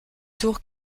tour